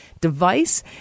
device